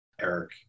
eric